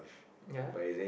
ya